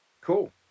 Cool